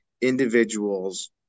individuals